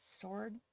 sword